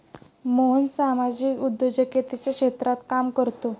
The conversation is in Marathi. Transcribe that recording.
मोहन सामाजिक उद्योजकतेच्या क्षेत्रात काम करतो